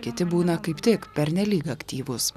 kiti būna kaip tik pernelyg aktyvūs